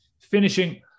finishing